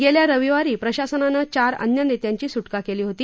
गेल्या रविवारी प्रशासनानं चार अन्य नेत्यांची सुटका केली होती